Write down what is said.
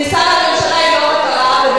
כניסה לממשלה היא לא המטרה,